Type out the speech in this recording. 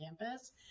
campus